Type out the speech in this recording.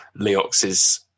Leox's